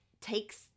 takes